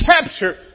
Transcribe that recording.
capture